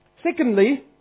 Secondly